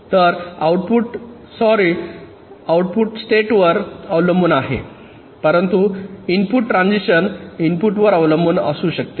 तर output sorry output state वर अवलंबून आहे परंतु इनपुट ट्रान्झिशन इनपुटवर अवलंबून असू शकते